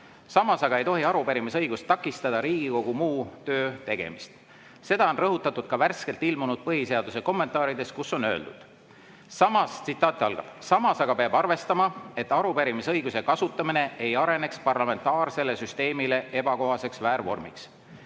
Samas ei tohi arupärimise õigus takistada Riigikogu muu töö tegemist. Seda on rõhutatud ka värskelt ilmunud põhiseaduse kommentaarides, kus on öeldud, et samas peab arvestama, et arupärimise õiguse kasutamine ei areneks parlamentaarsele süsteemile ebakohaseks väärvormiks.